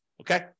Okay